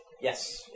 Yes